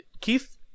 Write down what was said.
Keith